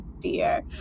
dear